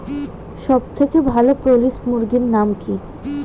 সবথেকে ভালো পোল্ট্রি মুরগির নাম কি?